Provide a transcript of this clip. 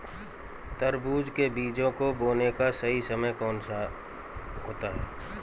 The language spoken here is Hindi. तरबूज के बीजों को बोने का सही समय कौनसा होता है?